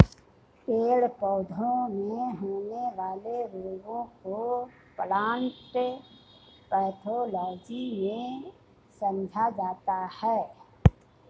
पेड़ पौधों में होने वाले रोगों को प्लांट पैथोलॉजी में समझा जाता है